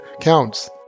counts